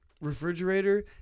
refrigerator